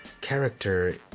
character